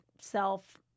self –